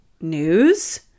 news